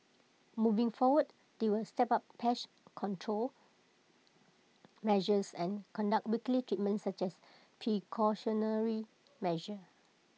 moving forward they will step up pest control measures and conduct weekly treatments as A precautionary measure